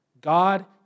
God